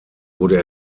wurde